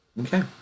Okay